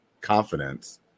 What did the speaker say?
confidence